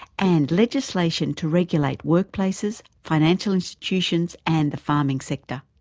and legislation to regulate workplaces, financial institutions and the farming sector.